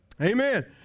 Amen